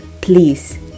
please